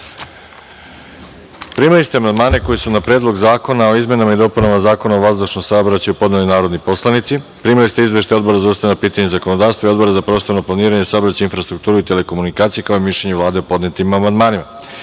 celini. Primili ste amandmane koje su na Predlog zakona o izmenama i dopunama Zakona o vazdušnom saobraćaju podneli narodni poslanici. Primili ste izveštaje Odbora za ustavna pitanja i zakonodavstvo i Odbora za prostorno planiranje, saobraćaj i infrastrukturu i telekomunikacije, kao i mišljenje Vlade o podnetim amandmanima. Pošto